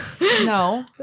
No